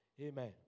Amen